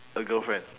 a girlfriend